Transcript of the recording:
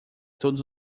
todos